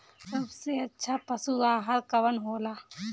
सबसे अच्छा पशु आहार कवन हो ला?